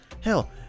Hell